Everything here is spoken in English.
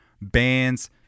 bands